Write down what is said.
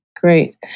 Great